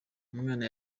umwana